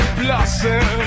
blossom